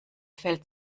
fällt